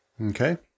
Okay